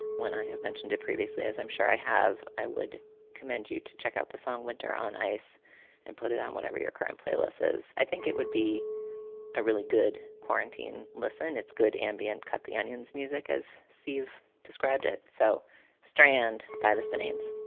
when i have mentioned it previously, as i'm sure i have, i would commend you to check out the song winter on ice and put it on whatever your current playlists. i think it would be a really good quarantine. listen, it's good ambient cut the onion's music, as steve described it so stand by this benin's